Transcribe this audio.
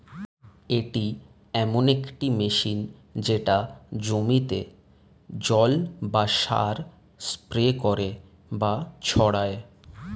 এটি এমন একটি মেশিন যেটা জমিতে জল বা সার স্প্রে করে বা ছড়ায়